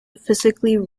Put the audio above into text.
physically